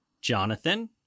Jonathan